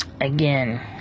Again